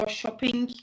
shopping